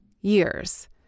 years